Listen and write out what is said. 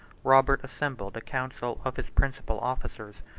robert assembled a council of his principal officers.